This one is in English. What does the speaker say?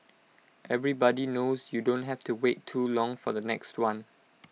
everybody knows you don't have to wait too long for the next one